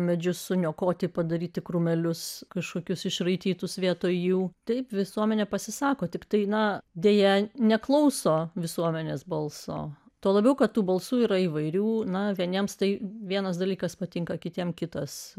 medžius suniokoti padaryti krūmelius kažkokius išraitytus vietoj jų taip visuomenė pasisako tiktai na deja neklauso visuomenės balso tuo labiau kad balsų yra įvairių na vieniems tai vienas dalykas patinka kitiems kitas